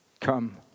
come